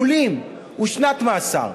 העונש המרבי על זיוף בולים הוא שנת מאסר.